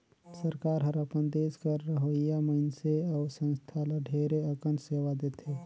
सरकार हर अपन देस कर रहोइया मइनसे अउ संस्था ल ढेरे अकन सेवा देथे